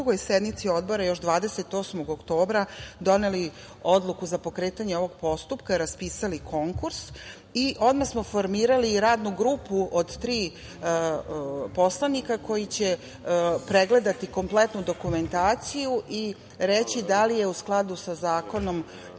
na drugoj sednici Odbora još 28. oktobra doneli odluku za pokretanje ovog postupka, raspisali konkurs i odmah smo formirali i radnu grupu od tri poslanika koji će pregledati kompletnu dokumentaciju i reći da li je u skladu sa zakonom